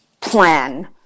plan